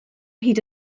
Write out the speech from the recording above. hyd